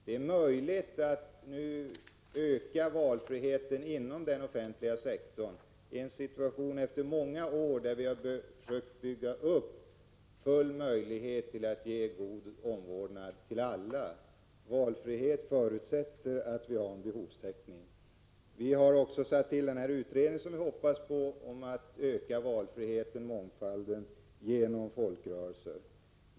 Det är nu möjligt att öka valfriheten inom den offentliga sektorn i en situation efter många års arbete med att bygga upp full möjlighet att ge god omvårdnad till alla. Valfrihet förutsätter behovstäckning. Vi har också satt till en utredning som vi hoppas skall komma med förslag för att öka valfriheten och mångfalden genom folkrörelser.